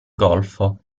golfo